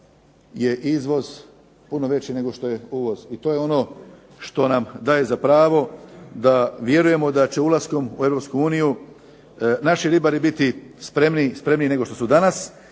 je izvoz puno veći nego što je uvoz. I to je ono što nam daje za pravo da vjerujemo da će ulaskom u Europsku uniju naši ribari biti spremni, spremniji nego što su danas